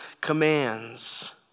commands